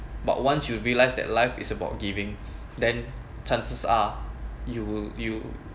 but once you realize that life is about giving then chances are you will you